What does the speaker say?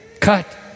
Cut